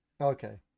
Okay